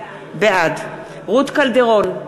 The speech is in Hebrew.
בעד רות קלדרון,